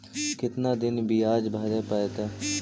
कितना दिन बियाज भरे परतैय?